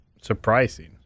surprising